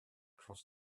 cross